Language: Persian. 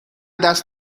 دست